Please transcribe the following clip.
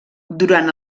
durant